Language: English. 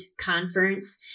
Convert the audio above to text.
Conference